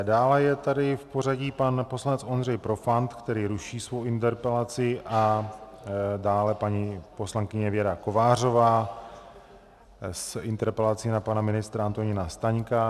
Dále je tady v pořadí pan poslanec Ondřej Profant, který ruší svoji interpelaci, dále paní poslankyně Věra Kovářová s interpelací na pana ministra Antonína Staňka.